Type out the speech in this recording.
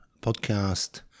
podcast